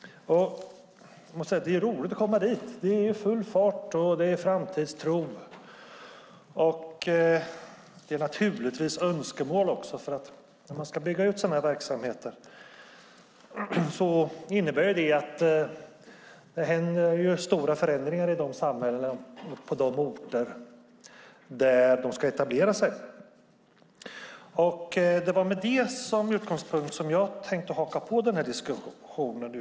Jag måste säga att det är roligt att komma dit. Det är full fart, och det är framtidstro! Det finns naturligtvis också önskemål. När man ska bygga ut sådana här verksamheter innebär det stora förändringar i de samhällen och på de orter där de ska etablera sig. Det är med detta som utgångspunkt som jag nu tänker haka på diskussionen.